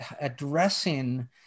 addressing